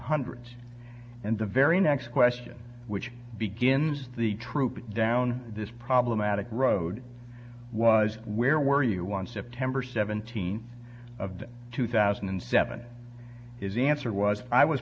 hundreds and the very next question which begins the troop down this problematic road was where were you one september seventeenth of the two thousand and seven is the answer was i was